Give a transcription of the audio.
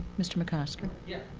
mr. mcosker. yeah